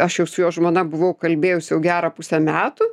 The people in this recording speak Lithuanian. aš jau su jo žmona buvau kalbėjusi jau gerą pusę metų